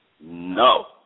No